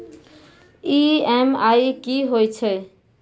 EMI कि होय छै?